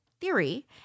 Theory